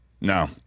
No